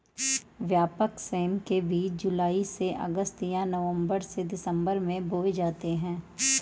व्यापक सेम के बीज जुलाई से अगस्त या नवंबर से दिसंबर में बोए जाते हैं